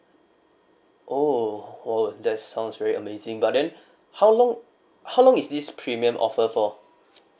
oh oh that sounds very amazing but then how long how long is this premium offer for